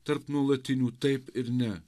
tarp nuolatinių taip ir ne